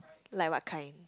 like what kind